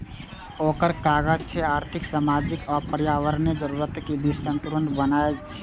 ओकर काज छै आर्थिक, सामाजिक आ पर्यावरणीय जरूरतक बीच संतुलन बनेनाय